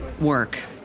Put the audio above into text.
work